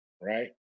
right